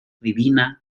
divina